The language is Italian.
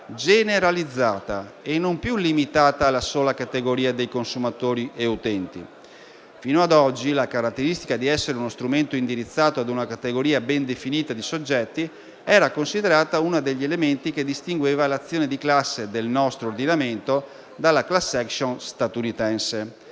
generalizzata e non più limitata alla sola categoria dei consumatori e utenti. Fino ad oggi, la caratteristica di essere uno strumento indirizzato ad una categoria ben definita di soggetti era considerata uno degli elementi che distingueva l'azione di classe del nostro ordinamento dalla *class action* statunitense.